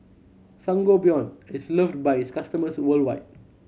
sangobion is loved by its customers worldwide